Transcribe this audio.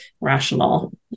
rational